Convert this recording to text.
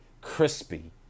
crispy